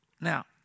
Now